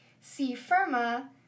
C-Firma